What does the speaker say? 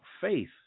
faith